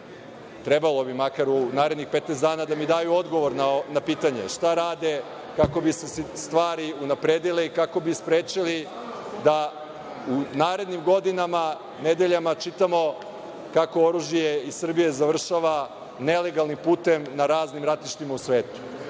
trebalo bi makar u narednih 15 dana da mi daju odgovor na pitanje - šta rade kako bi se stvari unapredile, kako bi sprečili da u narednim godinama, nedeljama, čitamo kako oružje iz Srbije završava nelegalnim putem na raznim ratištima u svetu?